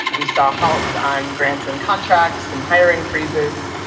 we saw halts on grants and contracts and hiring freezes.